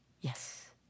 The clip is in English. Yes